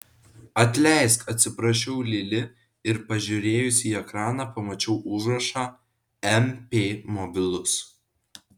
atleisk atsiprašiau lili ir pažiūrėjusi į ekraną pamačiau užrašą mp mobilus